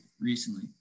recently